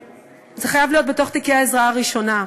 זה חייב להיות בתוך תיקי העזרה הראשונה.